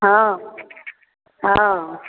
हँ हँ